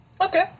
Okay